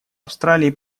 австралии